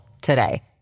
today